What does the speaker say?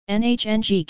nhng